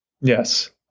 yes